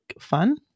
fun